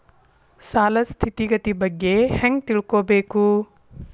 ಸಾಲದ್ ಸ್ಥಿತಿಗತಿ ಬಗ್ಗೆ ಹೆಂಗ್ ತಿಳ್ಕೊಬೇಕು?